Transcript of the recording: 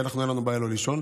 לנו אין בעיה לא לישון,